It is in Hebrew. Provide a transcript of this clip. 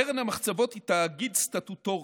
קרן המחצבות היא תאגיד סטטוטורי,